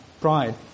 pride